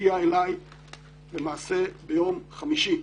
הגיע אליי למעשה ביום חמישי,